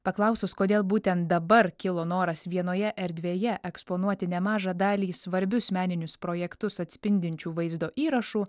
paklausus kodėl būtent dabar kilo noras vienoje erdvėje eksponuoti nemažą dalį svarbius meninius projektus atspindinčių vaizdo įrašų